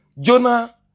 Jonah